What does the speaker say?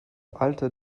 alter